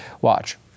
Watch